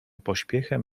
pośpiechem